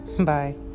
bye